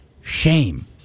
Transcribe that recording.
shame